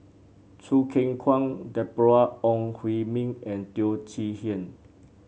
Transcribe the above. Choo Keng Kwang Deborah Ong Hui Min and Teo Chee Hean